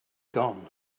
gone